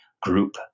group